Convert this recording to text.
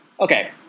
Okay